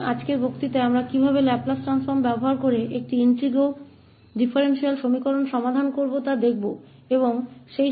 तो आज के व्याख्यान में हम लाप्लास ट्रांसफॉर्म का उपयोग करके एक इंटेग्रो डिफरेंशियल एक्वेशन को हल करने के तरीके के बारे में जानेंगे